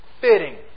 fitting